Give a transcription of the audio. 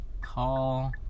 call